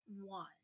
one